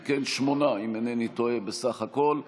אם כן, שמונה בסך הכול,